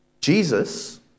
Jesus